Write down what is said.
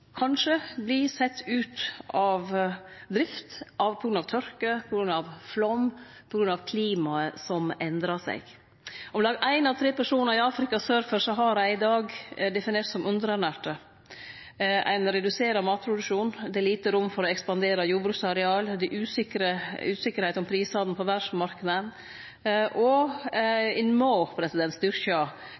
kanskje vil verte sette ut av drift på grunn av turke og flaum og på grunn av klimaet som endrar seg. Om lag ein av tre personar i Afrika sør for Sahara er i dag definerte som underernærte. Ein reduserer matproduksjonen, det er lite rom for å ekspandere jordbruksareal, det er usikkerheit om prisane på verdsmarknaden, og ein må